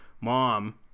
mom